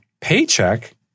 paycheck